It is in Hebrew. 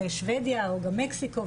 שוודיה או גם מקסיקו,